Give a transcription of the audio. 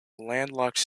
landlocked